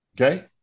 okay